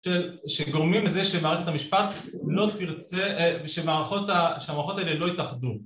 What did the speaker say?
שגורמים לזה שמערכת המשפט לא תרצה ושהמערכות האלה לא יתאחדו